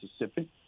Mississippi